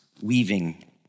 weaving